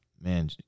Man